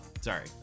sorry